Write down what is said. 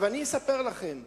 אני אספר לכם: